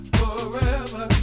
forever